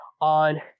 on